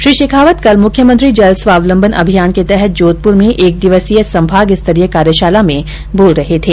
श्री शेखावत कल मुख्यमंत्री जल स्वावलम्बन अभियान के तहत जोधप्र में एक दिवसीय संभाग स्तरीय कार्यशाला में बोल रहे थे